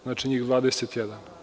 Znači, njih 21.